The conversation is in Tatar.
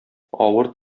авыр